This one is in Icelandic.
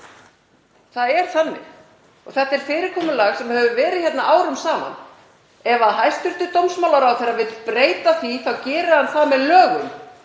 Það er þannig. Þetta er fyrirkomulag sem hefur verið hérna árum saman. Ef hæstv. dómsmálaráðherra vill breyta því þá gerir hann það með lögum.